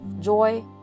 joy